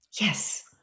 Yes